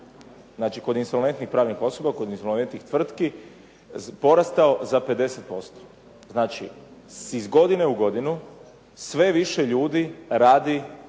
znači kod insolventnih pravnih osoba, kod insolventnih tvrtki je porastao za 50%. Znači iz godine u godinu sve više ljudi radi